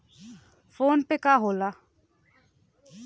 PhonePe का होला?